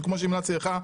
וכמו שהמלצתי לך,